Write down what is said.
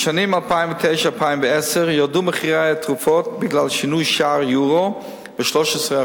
בשנים 2009 2010 ירדו מחירי התרופות בגלל שינוי שער היורו ב-13%.